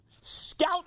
scout